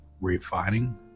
refining